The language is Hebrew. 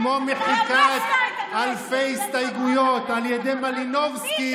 כמו מחיקת אלפי הסתייגויות על ידי מלינובסקי